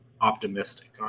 optimistic